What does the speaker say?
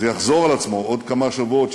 זה יחזור על עצמו בעוד כמה שבועות,